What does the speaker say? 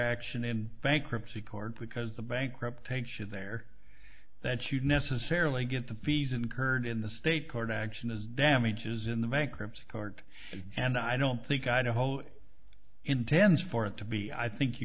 action in bankruptcy court because the bankrupt takes you there that you necessarily get the fees incurred in the state court action is damages in the bankruptcy court and i don't think i know a whole intends for it to be i think you